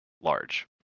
large